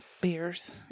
beers